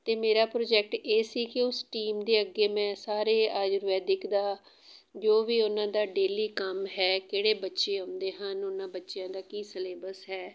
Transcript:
ਅਤੇ ਮੇਰਾ ਪ੍ਰੋਜੈਕਟ ਇਹ ਸੀ ਕਿ ਉਸ ਟੀਮ ਦੇ ਅੱਗੇ ਮੈਂ ਸਾਰੇ ਆਯੁਰਵੈਦਿਕ ਦਾ ਜੋ ਵੀ ਉਹਨਾਂ ਦਾ ਡੇਲੀ ਕੰਮ ਹੈ ਕਿਹੜੇ ਬੱਚੇ ਆਉਂਦੇ ਹਨ ਉਹਨਾਂ ਬੱਚਿਆਂ ਦਾ ਕੀ ਸਿਲੇਬਸ ਹੈ